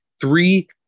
Three